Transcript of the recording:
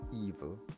evil